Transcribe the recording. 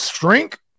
shrink